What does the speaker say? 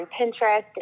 Pinterest